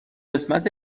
قسمت